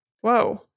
Whoa